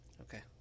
Okay